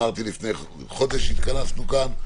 אמרתי לפני חודש כשהתכנסנו כאן,